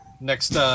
next